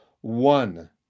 one